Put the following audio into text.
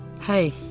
Hey